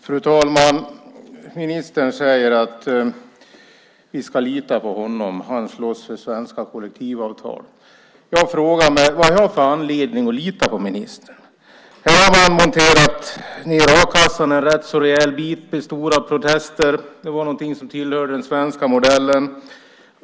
Fru talman! Ministern säger att vi ska lita på honom. Han slåss för svenska kollektivavtal. Jag frågar mig vad jag har för anledning att lita på ministern. Man har monterat ned a-kassan en rätt rejäl bit till stora protester. Den var något som tillhörde den svenska modellen.